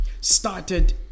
started